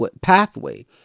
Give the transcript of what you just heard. pathway